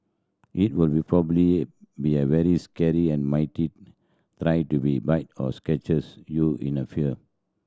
it will probably be a very scary and try to be bite or scratches you in a fear